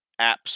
apps